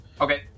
Okay